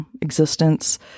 existence